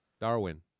Darwin